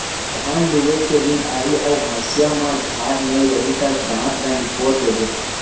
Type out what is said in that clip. धान लूए के दिन आही अउ हँसिया म धार नइ रही त दाँत ल निपोर देबे